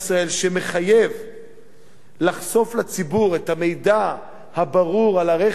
שמחייב לחשוף לציבור את המידע הברור על הרכב,